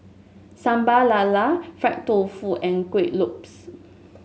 Sambal Lala fried doufu and Kueh Lopes